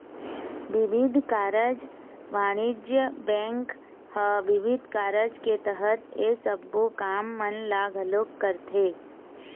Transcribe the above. बिबिध कारज बानिज्य बेंक ह बिबिध कारज के तहत ये सबो काम मन ल घलोक करथे